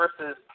versus